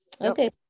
Okay